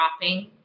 dropping